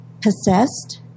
possessed